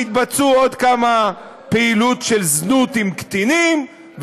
שיתבצעו עוד כמה פעילויות של זנות עם קטינים,